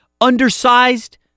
undersized